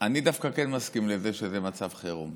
אני דווקא כן מסכים לזה שזה מצב חירום,